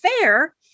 fair